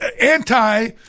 anti